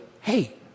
hey